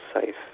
safe